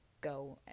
go